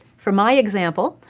for my example,